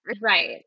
Right